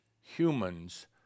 humans